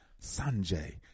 Sanjay